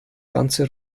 ganze